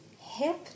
hip